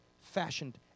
fashioned